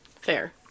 Fair